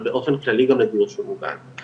אבל באופן כללי גם לדיור שהוא מוגן.